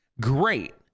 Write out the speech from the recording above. great